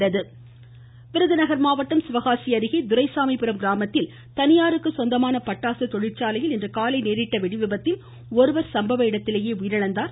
வெடிவிபத்து விருதுநகர் மாவட்டம் சிவகாசி அருகே துரைசாமிபுரம் கிராமத்தில் தனியாருக்கு சொந்தமான பட்டாசு தொழிந்சாலையில் இன்றுகாலை ஏற்பட்ட வெடிவிபத்தில் ஒருவர் சம்பவ இடத்திலேயே உயிரிழந்தார்